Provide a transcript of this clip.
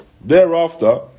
Thereafter